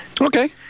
Okay